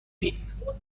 نیست